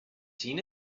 seen